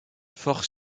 fort